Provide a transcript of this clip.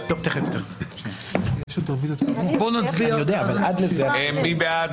זה --- נצביע על הסתייגות 237. מי בעד?